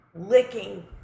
licking